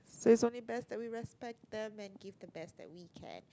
so it's only best that we respect them and give the best that we can